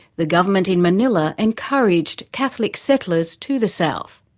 the government in manila encouraged catholic settlers to the south.